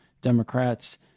Democrats